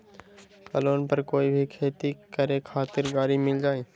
का लोन पर कोई भी खेती करें खातिर गरी मिल जाइ?